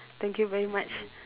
thank you very much